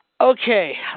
Okay